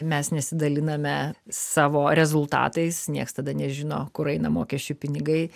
mes nesidaliname savo rezultatais nieks tada nežino kur eina mokesčių pinigai